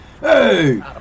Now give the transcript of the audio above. Hey